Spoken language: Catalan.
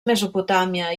mesopotàmia